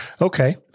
Okay